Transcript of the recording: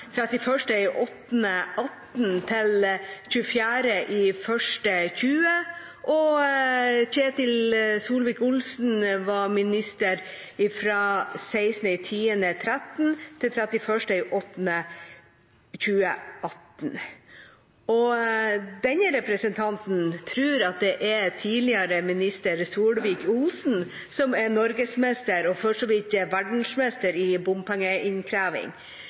til 21. januar 2020, og Ketil Solvik-Olsen var minister fra 16. oktober 2013 til 31. august 2018. Denne representanten tror at det er tidligere minister Solvik-Olsen som er norgesmester og for så vidt verdensmester i bompengeinnkreving.